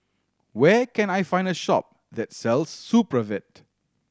where can I find a shop that sells Supravit